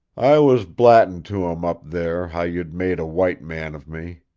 i was blattin' to em, up there, how you'd made a white man of me.